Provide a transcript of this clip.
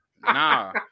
Nah